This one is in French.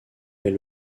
est